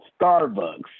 Starbucks